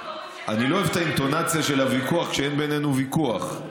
לא אוהב את האינטונציה של הוויכוח כשאין בינינו ויכוח.